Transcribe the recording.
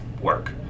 work